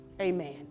Amen